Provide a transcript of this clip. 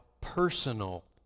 personal